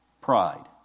Pride